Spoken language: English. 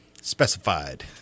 specified